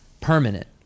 permanent